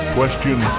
question